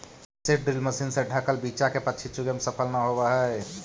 seed drill machine से ढँकल बीचा के पक्षी चुगे में सफल न होवऽ हई